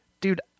dude